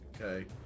Okay